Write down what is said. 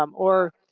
um or,